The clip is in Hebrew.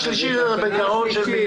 בשנה הבאה אתה בגירעון של 800 מיליון ובשנה